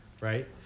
Right